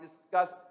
discussed